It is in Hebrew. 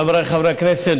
חבריי חברי הכנסת,